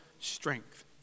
strength